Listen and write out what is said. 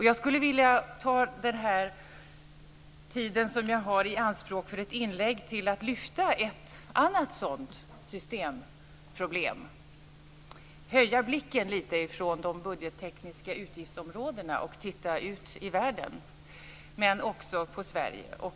Jag skulle vilja ta den tid jag har i anspråk till att lyfta ett annat sådant systemproblem, höja blicken lite från de budgettekniska utgiftsområdena och titta ut i världen, men också på Sverige.